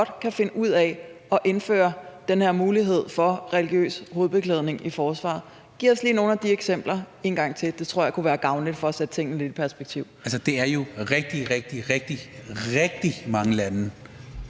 kan finde ud af at indføre den her mulighed for religiøs hovedbeklædning i forsvaret. Giv os lige nogle af de eksempler en gang til. Det tror jeg kunne være gavnligt for at sætte tingene lidt i perspektiv. Kl. 12:20 Sikandar Siddique (UFG): Altså, det er jo rigtig, rigtig, mange lande